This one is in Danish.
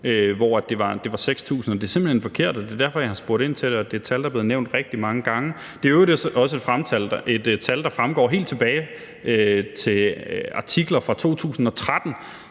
hvor det var 6.000. Det er simpelt hen forkert, og det er derfor, jeg har spurgt ind til det, og det er et tal, der er blevet nævnt rigtig mange gange. Det er i øvrigt også et tal, der fremgår helt tilbage til artikler fra 2013.